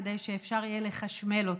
כדי שאפשר יהיה לחשמל אותה.